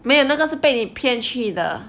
没有那个是被你骗去的